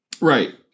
Right